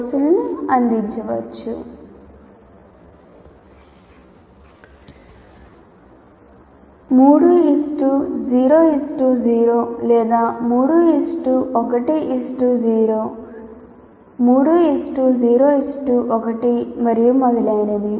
కోర్సులు అందించవచ్చు 3 0 0 లేదా 3 1 0 3 0 1 మరియు మొదలైనవి